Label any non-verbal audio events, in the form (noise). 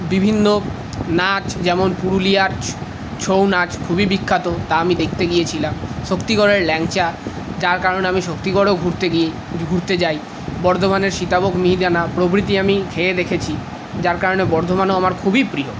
বিভিন্ন নাচ যেমন পুরুলিয়ার ছৌ নাচ খুবই বিখ্যাত তা আমি দেখতে গিয়েছিলাম শক্তিগড়ের ল্যাংচা যার কারণে আমি শক্তিগড়ও ঘুরতে (unintelligible) ঘুরতে যাই বর্ধমানের সীতাভোগ মিহিদানা প্রভৃতি আমি খেয়ে দেখেছি যার কারণে বর্ধমানও আমার খুবই প্রিয়